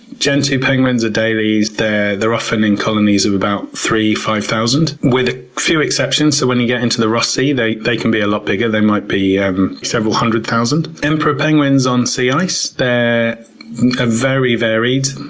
gentoo penguins, adelies, they're they're often in colonies of about three thousand five thousand with a few exceptions. when you get into the ross sea they they can be a lot bigger they might be um several hundred thousand. emperor penguins on sea ice, they're very varied.